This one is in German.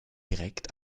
direkt